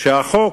שהחוק